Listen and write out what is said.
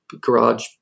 garage